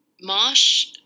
Marsh